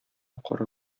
кара